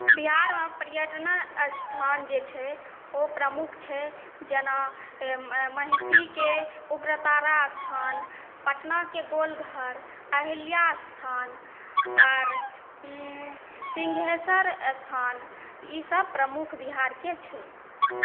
बिहारमे पर्यटन स्थान जे छै ओ प्रमुख छै जेना महिषीके उग्रतारा अस्थान पटनाके गोलघर अहिल्या अस्थान आओर सिन्घेश्वर अस्थान ईसब प्रमुख बिहारके छै